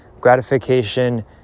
gratification